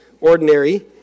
ordinary